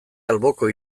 alboko